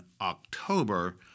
October